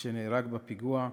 שנהרג בפיגוע,